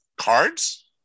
Cards